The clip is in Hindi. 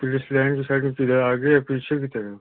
पुलिस लाइन के साइड में किधर आगे या पीछे की तरफ